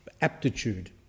aptitude